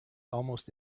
almost